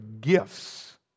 gifts